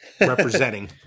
representing